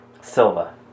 Silva